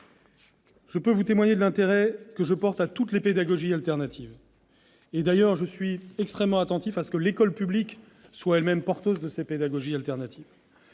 Je peux vous témoigner de l'intérêt que je porte à toutes les pédagogies alternatives. À cet égard, je suis extrêmement attentif à ce que l'école publique soit elle-même porteuse de ces pédagogies alternatives.